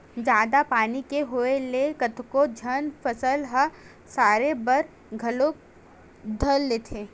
जादा पानी के होय ले कतको कन फसल ह सरे बर घलो धर लेथे